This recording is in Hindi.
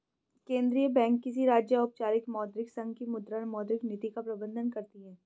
केंद्रीय बैंक किसी राज्य, औपचारिक मौद्रिक संघ की मुद्रा, मौद्रिक नीति का प्रबन्धन करती है